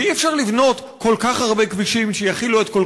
ואי-אפשר לבנות כל כך הרבה כבישים שיכילו את כל